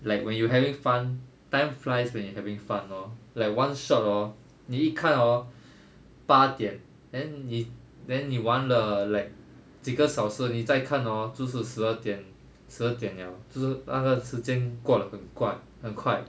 like when you having fun time flies when you're having fun lor like one shot hor 你一看 hor 八点 then 你 then 你玩了 like 几个小时你再看 hor 就是十二点十二点了就是那个时间过得很快很快